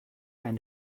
eine